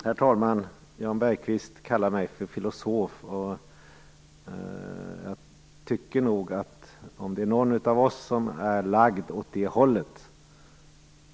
Herr talman! eH Jan Bergqvist kallar mig för filosof, men om det är någon av oss som är lagd åt det hållet är det nog han.